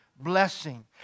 blessing